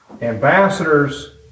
ambassadors